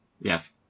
Yes